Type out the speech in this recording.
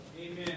Amen